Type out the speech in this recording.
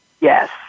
yes